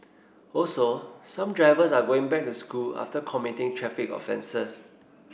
also some drivers are going back to school after committing traffic offences